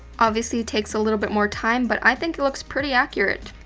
obviously, it takes a little bit more time, but i think it looks pretty accurate.